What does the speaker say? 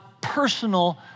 personal